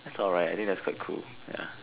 that's alright I think that's quite cool ya